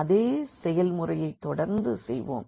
அதே செயல் முறையை தொடர்ந்து செய்வோம்